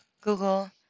Google